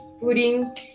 pudding